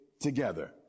together